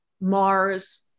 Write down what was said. Mars